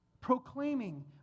Proclaiming